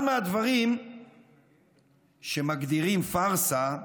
אחד מהדברים שמגדירים פארסה,